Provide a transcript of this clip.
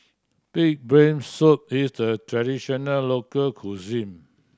pig brain soup is the traditional local cuisine